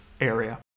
area